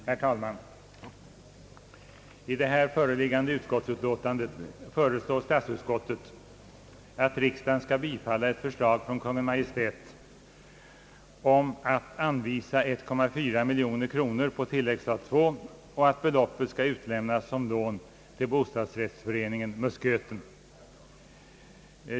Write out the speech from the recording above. Herr talman! I föreliggande utlåtande föreslår statsutskottet att riksdagen skall bifalla ett förslag från Kungl. Maj:t om att anvisa 1,4 miljon kronor på tilläggsstat II och att beloppet skall utlämnas som lån till bostadsrättsföreningen Musköten.